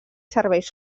serveis